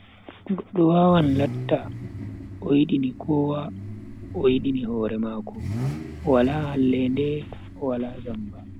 Goddo wawan latta o yidini kowa ko o yidini hore mako, o wala hallende o wala zamba.